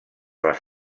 les